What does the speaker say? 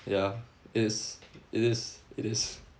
ya is it is it is